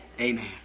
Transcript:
amen